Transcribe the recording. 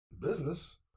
business